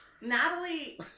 Natalie